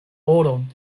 oron